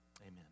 Amen